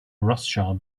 rothschild